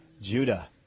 Judah